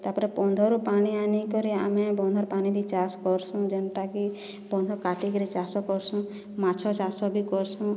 ତାପରେ ବନ୍ଧରୁ ପାଣି ଆଣିକରି ଆମେ ବନ୍ଧର୍ ପାନି ବି ଚାଷ୍ କର୍ସୁଁ ଯେନ୍ଟା କି ବନ୍ଧ କାଟିକିରି ଚାଷ କର୍ସୁଁ ମାଛ ଚାଷ ବି କର୍ସୁଁ